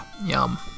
Yum